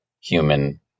human